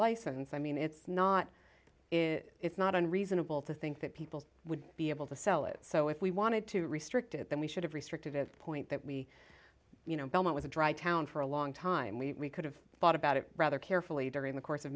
license i mean it's not is it's not unreasonable to think that people would be able to sell it so if we wanted to restrict it then we should have restrictive point that we you know belmont was a dry town for a long time we could have thought about it rather carefully during the course of